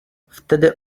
wtedy